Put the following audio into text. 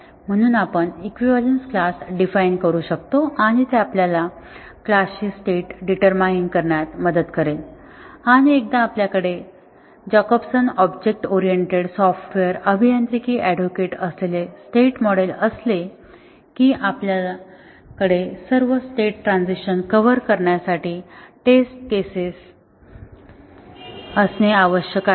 म्हणून आपण equivalence class define करू शकतो आणि ते आपल्याला क्लास ची स्टेट डिटरमाईन करण्यात मदत करेल आणि एकदा आपल्याकडे जेकबसनचे ऑब्जेक्ट ओरिएंटेड सॉफ्टवेअर अभियांत्रिकी ऍडव्होकेट असलेले स्टेट मॉडेल असले कि आपल्या कडे सर्व स्टेट ट्रांझिशन्स कव्हर करण्यासाठी टेस्ट केसेस असणे आवश्यक आहे